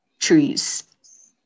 trees